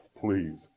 please